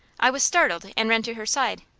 i was startled, and ran to her side.